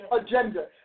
agenda